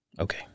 Okay